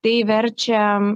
tai verčia